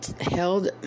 held